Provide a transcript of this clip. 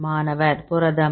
மாணவர் புரதம்